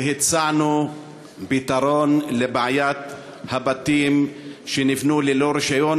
והצענו פתרון לבעיית הבתים שנבנו ללא רישיון.